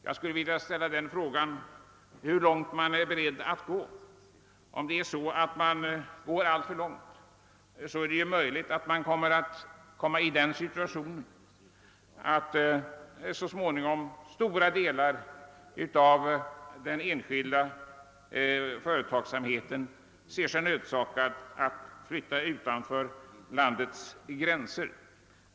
Jag skulle vilja fråga hur långt man tänker gå. Om man går alltför långt, är det möjligt att man så småningom hamnar i den situationen att stora delar av den enskilda företagsamheten ser sig nödsakad att flytta utanför landets gränser.